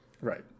right